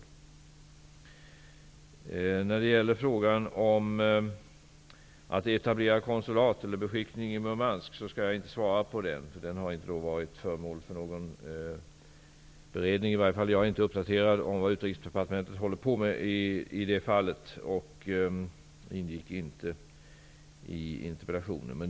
Jag skall inte svara på frågan om att etablera konsulat eller beskickning i Murmansk. Den har inte varit föremål för någon beredning. Jag är inte uppdaterad om vad Utrikesdepartementet håller på med i det fallet. Det ingick inte i interpellationen.